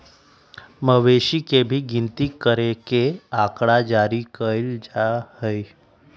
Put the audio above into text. मवेशियन के भी गिनती करके आँकड़ा जारी कइल जा हई